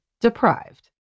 deprived